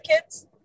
kids